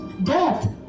Death